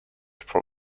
for